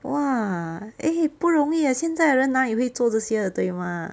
!wah! eh 不容易 leh 现在人哪里会做这些的对吗